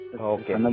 Okay